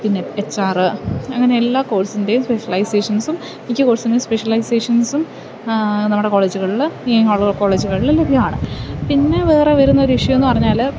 പിന്നെ H R അങ്ങനെ എല്ലാ കോഴ്സിൻ്റെയും സ്പെഷ്യലൈസേഷൻസും മിക്ക കോഴ്സിൻ്റെയും സ്പെഷ്യലൈസേഷൻസും നമ്മുടെ കോളേജുകളില് ഈ ഉള്ള കോളേജുകളില് ലഭ്യമാണ് പിന്നെ വേറെ വരുന്ന ഒരു വിഷയമെന്നു പറഞ്ഞാല്